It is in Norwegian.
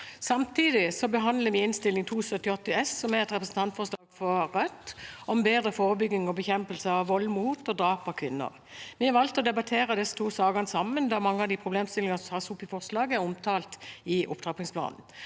Samtidig behandler vi Innst. 278 S for 2023–2024, som er et representantforslag fra Rødt om bedre forebygging og bekjempelse av vold mot og drap av kvinner. Vi har valgt å debattere disse to sakene sammen da mange av de problemstillingene som tas opp i forslaget, er omtalt i opptrappingsplanen.